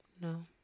No